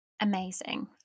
Amazing